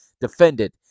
defended